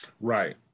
right